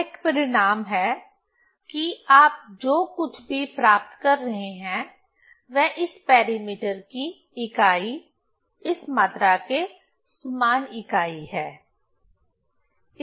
यह एक परिणाम है कि आप जो कुछ भी प्राप्त कर रहे हैं वह इस पैरामीटर की इकाई इस मात्रा के समान इकाई है